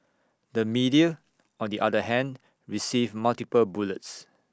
the media on the other hand received multiple bullets